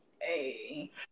Hey